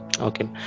Okay